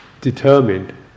determined